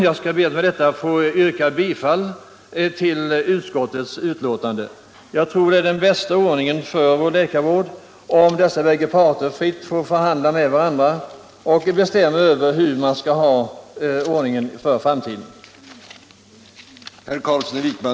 Jag skall be att med detta få yrka bifall till utskottets hemställan. Jag tror att det är den bästa ordningen för vår läkarvård om dessa bägge parter fritt får förhandla med varandra och bestämma över hur man skall ha ordningen för framtiden.